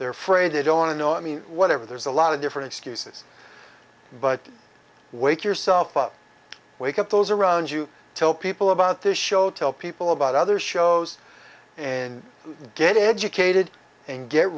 their fray they don't want to know i mean whatever there's a lot of different excuses but wake yourself up wake up those around you tell people about this show tell people about other shows and get educated and get